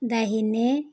दाहिने